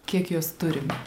kiek jos turim